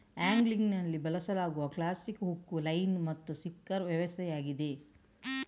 ಆಂಗ್ಲಿಂಗಿನಲ್ಲಿ ಬಳಸಲಾಗುವ classic hook, line ಮತ್ತು sinker ವ್ಯವಸ್ಥೆಯಾಗಿದೆ